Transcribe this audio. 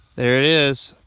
there it is